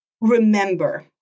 remember